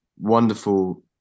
wonderful